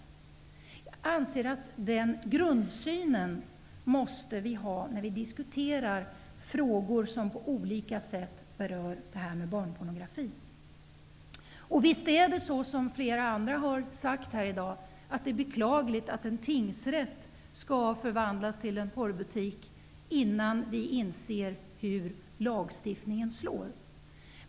Jag anser att vi måste ha den grundsynen när vi diskuterar frågor som på olika sätt berör barnpornografi. Visst är det beklagligt, som flera andra har sagt här i dag, att en tingsrätt skall förvandlas till en porrbutik innan vi inser hur lagstiftningen slår.